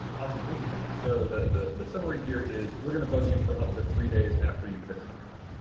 awesome. thank you, jenya. so the the summary here is we're going to bug you for up to three days after you fix everything.